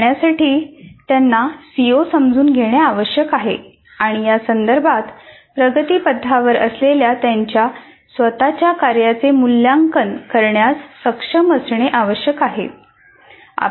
हे करण्यासाठी त्यांना सीओ समजून घेणे आवश्यक आहे आणि या संदर्भात प्रगतीपथावर असलेल्या त्यांच्या स्वतच्या कार्याचे मूल्यांकन करण्यास सक्षम असणे आवश्यक आहे